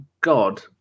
God